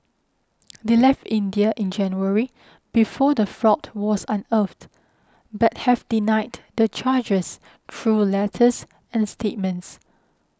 they left India in January before the fraud was unearthed but have denied the charges through letters and statements